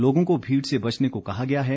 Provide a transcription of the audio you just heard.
लोगों को भीड़ से बचने को कहा गया है